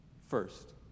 First